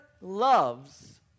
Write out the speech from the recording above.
loves